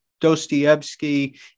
Dostoevsky